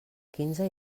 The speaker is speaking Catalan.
quinze